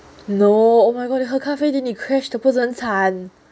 no oh my god 你喝咖啡 then 你 crashed 的不是很惨